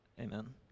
Amen